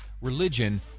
religion